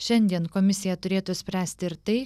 šiandien komisija turėtų spręsti ir tai